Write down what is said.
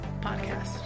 Podcast